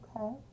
Okay